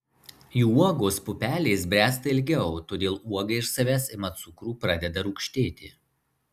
jų uogos pupelės bręsta ilgiau todėl uoga iš savęs ima cukrų pradeda rūgštėti